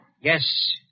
Yes